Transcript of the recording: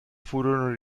furono